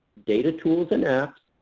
data tools and apps,